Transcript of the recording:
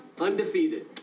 undefeated